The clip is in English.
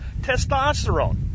testosterone